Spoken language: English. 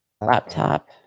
Laptop